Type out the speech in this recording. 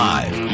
Live